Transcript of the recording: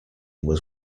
was